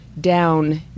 down